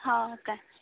हां का